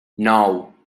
nou